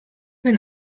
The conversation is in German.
wenn